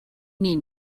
need